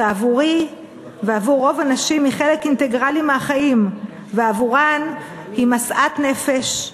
שעבורי ועבור רוב הנשים היא חלק אינטגרלי של החיים ועבורן היא משאת נפש,